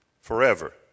Forever